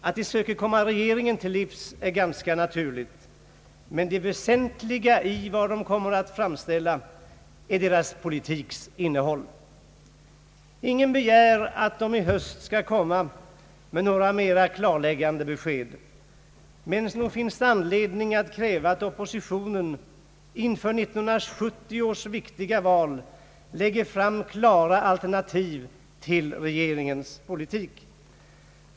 Att de söker komma regeringen till livs är ganska naturligt, men det väsentliga i vad de kommer att framlägga är deras politiks innehåll. Ingen begär att de i höst skall komma med några klarläggande besked. Men det finns anledning att kräva att oppositionen inför 1970 års viktiga val lägger fram klara alternativ till regeringens politik.